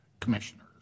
commissioners